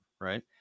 right